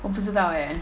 我不知道 eh